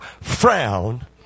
frown